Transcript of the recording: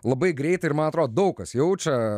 labai greitai ir man atrodo daug kas jaučia